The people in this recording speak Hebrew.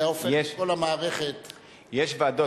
היה הופך את כל המערכת רק לעשירים,